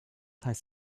heißt